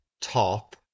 top